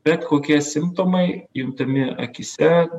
bet kokie simptomai juntami akyse